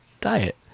diet